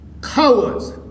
cowards